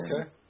Okay